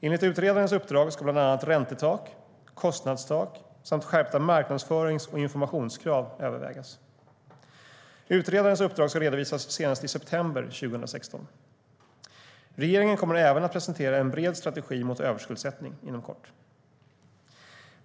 Enligt utredarens uppdrag ska bland annat räntetak, kostnadstak samt skärpta marknadsförings och informationskrav övervägas. Utredarens uppdrag ska redovisas senast i september 2016. Regeringen kommer även att presentera en bred strategi mot överskuldsättning inom kort.